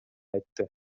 айтты